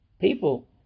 People